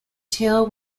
tail